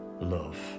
love